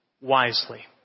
wisely